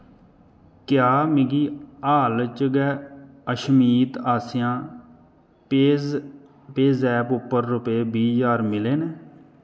क्या मिगी हाल च गै अशमीत आसेआ पेज पेऽजैप उप्पर रपे बीह् ज्हार मिले न